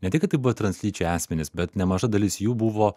ne tai kad tai buvo translyčiai asmenys bet nemaža dalis jų buvo